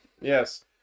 Yes